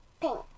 pink